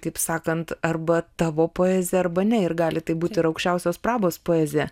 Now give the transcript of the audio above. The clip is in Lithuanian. kaip sakant arba tavo poezija arba ne ir gali tai būti aukščiausios prabos poezija